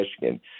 Michigan